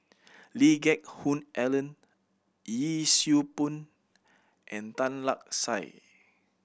Lee Geck Hoon Ellen Yee Siew Pun and Tan Lark Sye